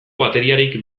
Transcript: bateriarik